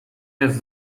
jest